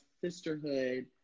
sisterhood